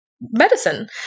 medicine